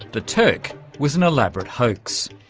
the turk was an elaborate hoax.